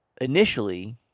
initially